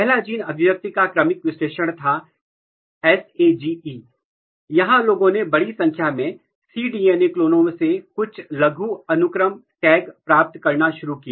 पहला जीन अभिव्यक्ति का क्रमिक विश्लेषण था SAGE यहां लोगों ने बड़ी संख्या में सीडीएनए क्लोनों से कुछ लघु अनुक्रम टैग प्राप्त करना शुरू किया